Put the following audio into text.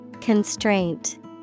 Constraint